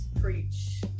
preach